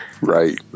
right